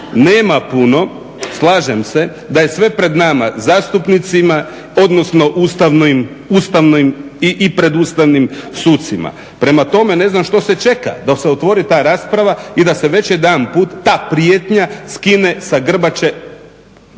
nema puno, slažem se da je sve pred nama zastupnicima odnosno i pred ustavnim sucima, prema tome ne znam što se čeka da se otvori ta rasprava i da se već jednput ta prijetnja skine sa grbače